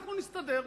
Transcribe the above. אנחנו נסתדר.